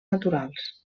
naturals